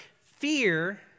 fear